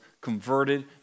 converted